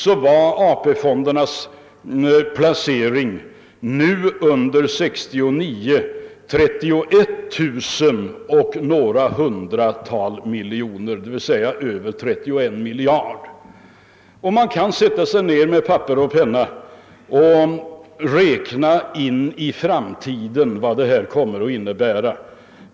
År 1969 var fonderna uppe i 31 000 och några hundratal miljoner kronor, d.v.s. över 31 miljarder kronor. Man kan sätta sig ned med papper och penna och räkna ut vad detta kommer att innebära i framtiden.